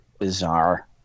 bizarre